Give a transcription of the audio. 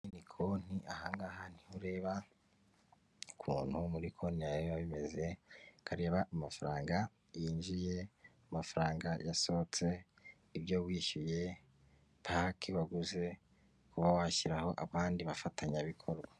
Ni konti ahangaha niho ureba ukuntu muri konti yawe biba bimeze, ukareba amafaranga yinjijeye, mafaranga yasohotse, ibyo wishyuye, paki waguze, kuba washyiraho abandi bafatanyabikorwa.